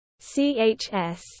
Chs